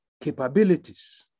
capabilities